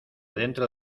dentro